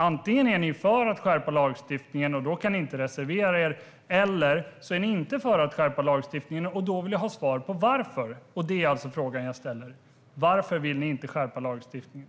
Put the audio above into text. Antingen är ni för att skärpa lagstiftningen, och då kan ni inte reservera er. Eller så är ni inte för att skärpa lagstiftningen, och då vill jag ha svar på varför. Frågan jag ställer är alltså: Varför vill ni inte skärpa lagstiftningen?